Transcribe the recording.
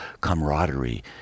camaraderie